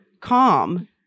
Calm